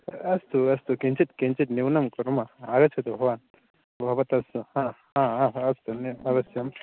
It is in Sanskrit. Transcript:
अस्तु अस्तु किञ्चित् किञ्चित् न्यूनं कुर्मः आगच्छतु भवान् भवतः तु अस्तु न अवश्यं